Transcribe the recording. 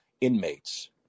inmates